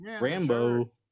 rambo